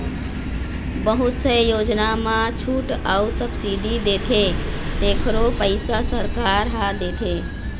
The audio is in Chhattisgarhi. बहुत से योजना म छूट अउ सब्सिडी देथे तेखरो पइसा सरकार ह देथे